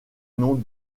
noms